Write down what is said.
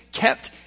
kept